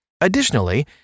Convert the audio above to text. Additionally